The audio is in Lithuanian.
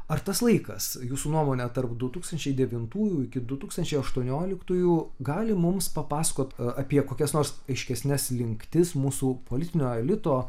ar tas laikas jūsų nuomone tarp du tūkstančiai devintųjų iki du tūkstančiai aštuonioliktųjų gali mums papasakot apie kokias nors aiškesnes slinktis mūsų politinio elito